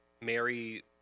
Mary